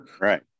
Right